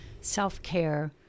self-care